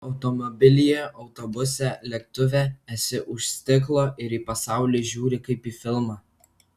automobilyje autobuse lėktuve esi už stiklo ir į pasaulį žiūri kaip į filmą